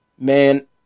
Man